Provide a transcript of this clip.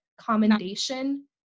Commendation